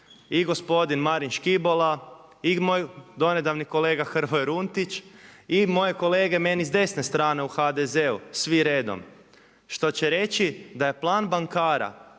i gospodin Marin Škibola i moj donedavni kolega Hrvoje Runtić i moje kolege meni s desne strane u HDZ-u svi redom što će reći da je plan bankara,